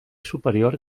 superior